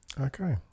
okay